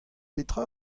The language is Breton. petra